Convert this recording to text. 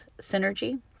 synergy